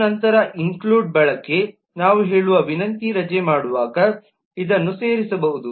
ನಂತರ ಇನ್ಕ್ಲ್ಯೂಡ್ ಬಳಕೆ ನಾವು ಹೇಳುವ ವಿನಂತಿ ರಜೆ ಮಾಡುವಾಗ ಇದನ್ನು ಸೇರಿಸಬಹುದು